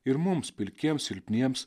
ir mums pilkiems silpniems